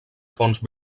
fons